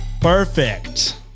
Perfect